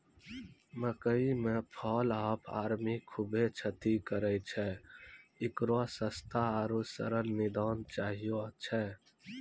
मकई मे fall of army खूबे क्षति करेय छैय, इकरो सस्ता आरु सरल निदान चाहियो छैय?